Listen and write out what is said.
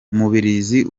umubirizi